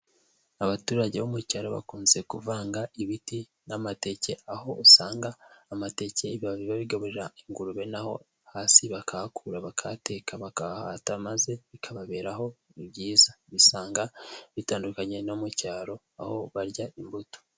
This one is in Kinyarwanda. Abaturage bo mu cyaro bakunze kuvanga ibiti n'amateke, aho usanga amateke ibibabi babigarurira ingurube, naho hasi bakahakura, bakahateka, bakahahata maze bikababeraho ni byiza. Usanga bitandukanye no mu cyaro aho barya imbuto.